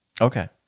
Okay